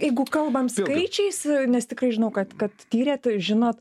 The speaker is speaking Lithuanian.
jeigu kalbam skaičiais nes tikrai žinau kad kad tyrėt žinot